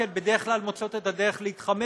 בדרך כלל מוצאות את הדרך להתחמק